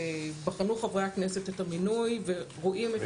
ובחנו חברי הכנסת את המינוי ורואים את